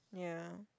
ya